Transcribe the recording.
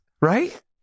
right